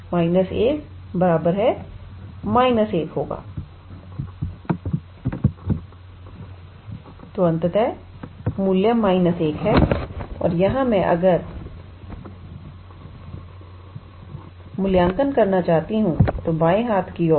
तो अंततः मूल्य −1 है और यहां से अगर मैं मूल्यांकन करना चाहती हूं तो बाएं हाथ की ओर